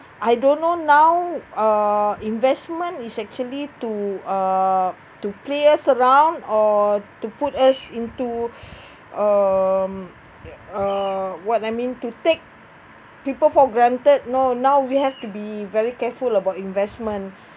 I don't know now uh investment is actually to uh to play us around or to put us into um ya (uh)what I mean to take people for granted no now we have to be very careful about investment